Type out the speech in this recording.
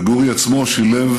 וגורי עצמו שילב